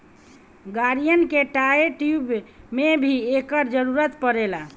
गाड़िन के tyre, tube में भी एकर जरूरत पड़ेला